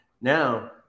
now